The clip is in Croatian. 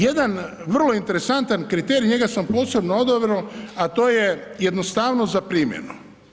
Jedan vrlo interesantan kriterij, njega sam posebno odabrao a to je jednostavno za primjenu.